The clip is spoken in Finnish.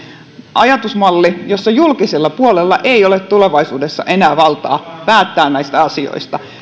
ajatusmalli jossa julkisella puolella ei ole tulevaisuudessa enää valtaa päättää näistä asioista